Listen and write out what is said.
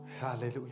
Hallelujah